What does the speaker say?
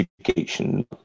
education